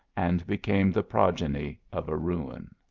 and became the progeny of a ruin.